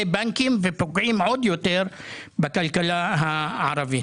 בנקים ופוגעים עוד יותר בכלכלה הערבית.